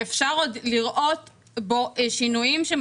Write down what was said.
שאפשר עוד לראות בו שינויים שהם